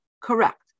Correct